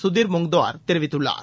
சுதிர் முங்கந்த்வார் தெரிவித்துள்ளார்